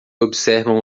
observam